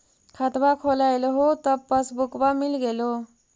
खतवा खोलैलहो तव पसबुकवा मिल गेलो?